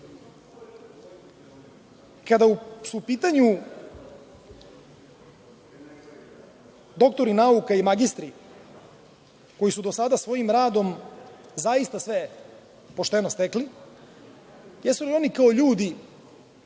živi. Kada su u pitanju doktori nauka i magistri, koji su do sada svojim radom zaista sve pošteno stekli, jesu li oni kao ljudi